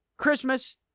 Christmas